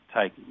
take